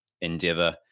endeavor